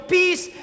peace